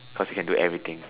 cause he can do everything